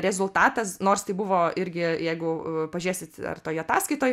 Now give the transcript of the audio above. rezultatas nors tai buvo irgi jeigu pažiūrėsit ar toj ataskaitoj